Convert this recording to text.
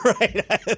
Right